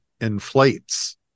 inflates